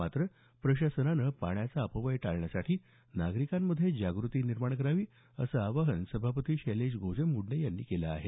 मात्र प्रशासनानं पाण्याचा अपव्यय टाळण्यासाठी नागरिकांमध्ये जागृती निर्माण करावी असं आवाहन सभापती शैलेश गोजमगुंडे यांनी केलं आहे